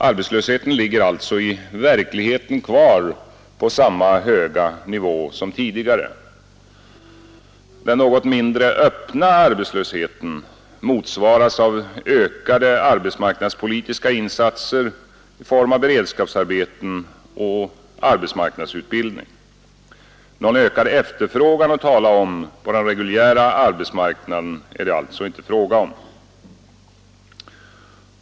Arbetslösheten ligger alltså i verkligheten kvar på samma höga nivå som tidigare. Den något mindre öppna arbetslösheten motsvaras av ökade arbetsmarknadspolitiska insatser i form av beredskapsarbeten och arbetsmarknadsutbildning. Någon ökad efterfrågan att tala om på den reguljära arbetsmarknaden är det inte fråga om.